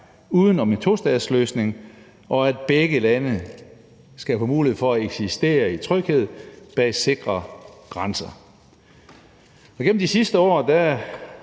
uden om en tostatsløsning, og at begge lande skal få mulighed for at eksistere i tryghed bag sikre grænser.